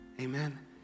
Amen